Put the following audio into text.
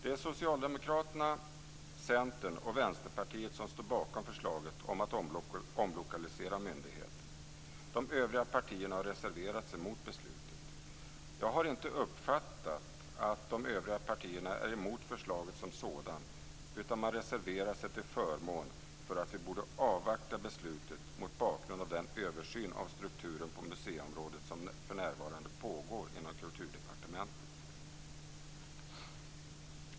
Det är Socialdemokraterna, Centern och Vänsterpartiet som står bakom förslaget att omlokalisera myndigheten. De övriga partierna har reserverat sig mot beslutet. Jag har inte uppfattat att de övriga partierna är emot förslaget som sådant, utan man reserverar sig till förmån för att vi borde avvakta med detta beslut på grund av den översyn av strukturen på museiområdet som för närvarande pågår inom Kulturdepartementet.